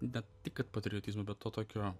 ne tik kad patriotizmo be to tokio